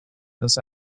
this